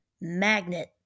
Magnet